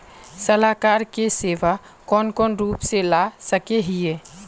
सलाहकार के सेवा कौन कौन रूप में ला सके हिये?